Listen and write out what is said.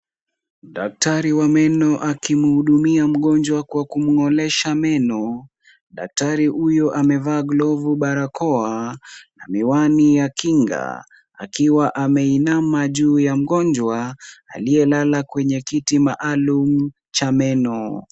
Daktari wa meno akimhudumia mgonjwa kwa kumng'olesha meno. Daktari huyu amevaa glovu, barakoa na miwani ya kinga akiwa ameinama juu ya mgonjwa, aliyelala kwenye kiti maalum cha meno.